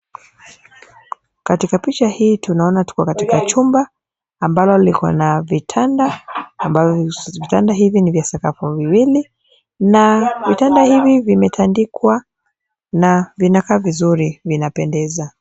Katika picha hii tunaona tuko katika chumba ambalo liko na vitanda ambazo vitanda hivi ni vya sakafu viwili na vitanda hivi vimetandikwa na vinakaa vizuri vinapendeza.